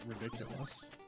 ridiculous